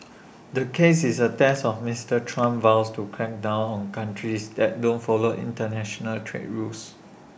the case is A test of Mister Trump's vow to crack down on countries that don't follow International trade rules